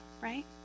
right